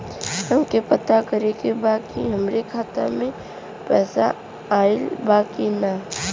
हमके पता करे के बा कि हमरे खाता में पैसा ऑइल बा कि ना?